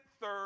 third